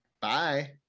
Bye